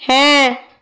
হ্যাঁ